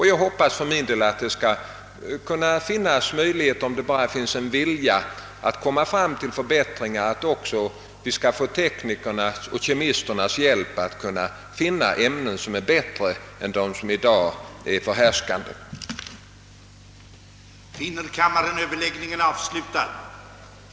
Jag hoppas att det även i denna fråga skall kunna finnas möjlighet, om det bara finns vilja, att uppnå förbättringar och att vi skall få teknikernas och kemisternas hjälp att hitta ämnen som är bättre än de i dag förhärskande. att få framställa interpellation till hans excellens herr statsministern angående meddelande till riksdagen om regeringens ställningstagande i frågan om Sveriges anslutning till EEC.